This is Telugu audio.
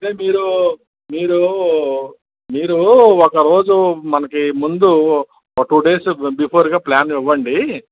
అంటే మీరు మీరూ మీరూ ఒకరోజు మనకి ముందు ఒక టూ డేస్ బిఫోర్ గా ప్లాన్ ఇవ్వండి